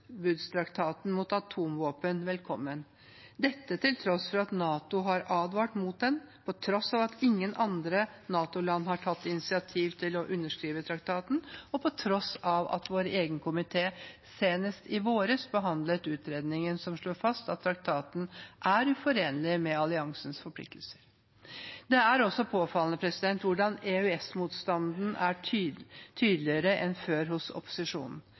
mot atomvåpen velkommen, dette på tross av at NATO har advart mot den, på tross av at ingen andre NATO-land har tatt initiativ til å underskrive traktaten, og på tross av at vår egen komité senest i vår behandlet utredningen som slår fast at traktaten er uforenlig med alliansens forpliktelser. Det er også påfallende hvordan EØS-motstanden er tydeligere enn før hos opposisjonen.